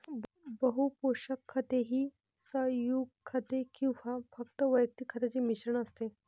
बहु पोषक खते ही संयुग खते किंवा फक्त वैयक्तिक खतांचे मिश्रण असते